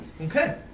Okay